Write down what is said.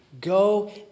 Go